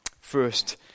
First